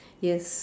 yes